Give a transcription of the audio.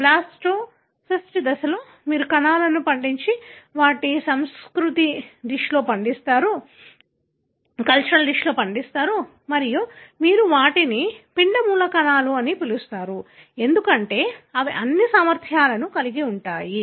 blastocyst దశలో మీరు కణాలను పండించి వాటిని సంస్కృతి డిష్లో పండిస్తారు మరియు మీరు వాటిని పిండ మూలకణాలు అని పిలుస్తారు ఎందుకంటే అవి అన్ని సామర్థ్యాలను కలిగి ఉంటాయి